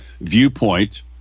viewpoint